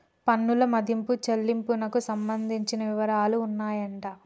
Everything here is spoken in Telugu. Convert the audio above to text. పన్నుల మదింపు చెల్లింపునకు సంబంధించిన వివరాలు ఉన్నాయంట